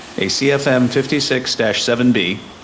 a cfm fifty six seven b,